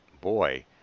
boy